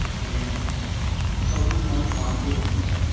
and she'll eat lunch while hula hooping,